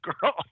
girl